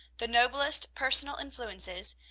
the noblest personal influences,